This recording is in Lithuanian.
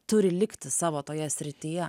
turi likti savo toje srityje